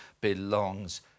belongs